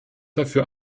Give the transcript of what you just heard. dafür